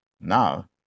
Now